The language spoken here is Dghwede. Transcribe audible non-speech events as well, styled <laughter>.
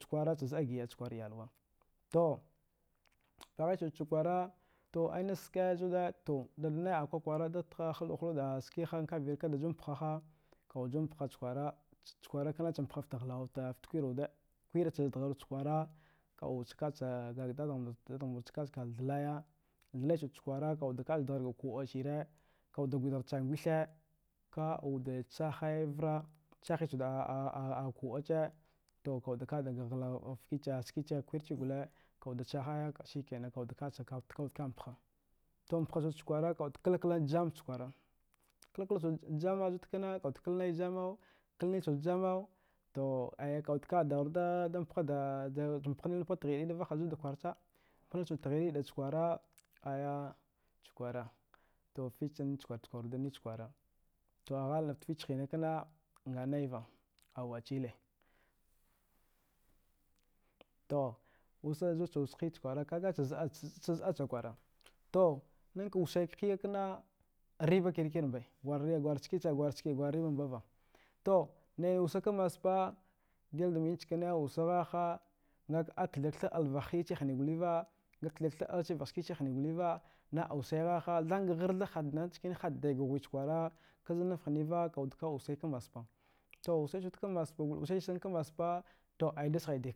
Tsakura tsah zida gida cha kwara iyal wa. To wude ci usa ci kwara, to ana siki zu wuda da nda kwa kwara da na na ju nis a ski kavire ka wude ju mpagha, fte kwire deghwa to tse kwara wice da, kwire tse zadhari us ca digna dada thlaya thlya tsu wude kwara ka ka wude da zadhari ka ku'a ka wude gwidari tsgwth to ka wude tshaya vara, tshaye tcu wude a aa ku'a chi ida ka wude, v f sikina ka wude da pagha, to pagha zuda the kwara, ka wude kla kla jma zewuda the kwara, kla kla wude jma jma, klane tsu wude jma ka wuda taghaya da mpagha, paghal nnile tigh ɗeɗeɗe zu wuda ci kwara, an aya chi kwara to fci-tse kwra da kwara. To hla fte fici hina kina a nayara hachia. To wasila, ussa zu wude tse wussa baya iyalwa tse zida tse kwara to na w ka wussa biya kana riba kue kure mba gwre ci ki gwre riba mbava. To naya wussa ga bayda, dile da mine ussa a kha maka gath du gatha a bla vka tse hiya gwalva, a ktha du ktha bla vka chi siki chiva na wisila kha nihena ka hratha bla mba hatnan nickena a kdzanara ga bla to wusse ka maspa, wusse a tse ka macpa kana to. <unintelligible>